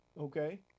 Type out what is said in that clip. Okay